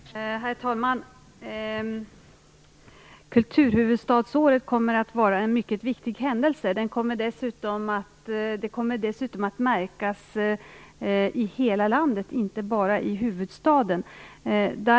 Herr talman! Kulturhuvudstadsåret kommer att vara en mycket viktig händelse. Det kommer dessutom att märkas i hela landet, inte bara i huvudstaden.